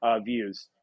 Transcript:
views